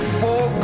four